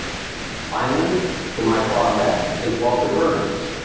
finally to my far left is walter berns,